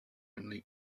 only